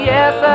Yes